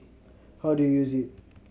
how do you use it